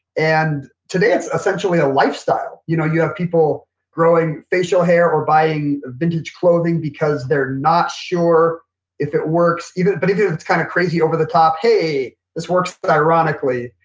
and today, it's essentially a lifestyle. you know you have people growing facial hair or buying vintage clothing because they're not sure if it works. but even if it's kind of crazy, over the top, hey this works but ironically.